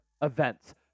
events